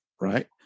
right